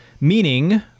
Meaning